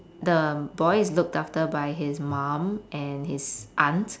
the boy is looked after by his mum and his aunt